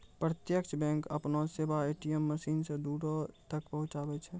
प्रत्यक्ष बैंक अपनो सेबा ए.टी.एम मशीनो से दूरो तक पहुचाबै छै